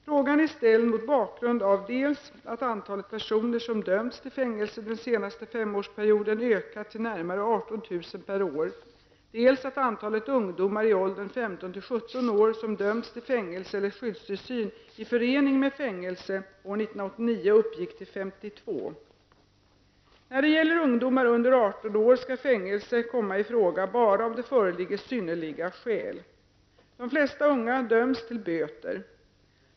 Frågan är ställd mot bakgrund av dels att antalet personer som dömts till fängelse den senaste femårsperioden ökat till närmare 18 000 per år, dels att antalet ungdomar i åldern 15--17 år som dömts till fängelse eller skyddstillsyn i förening med fängelse år 1989 uppgick till 52. När det gäller ungdomar under 18 år skall fängelse komma i fråga bara om det föreligger synnerliga skäl. De flesta unga döms till böter.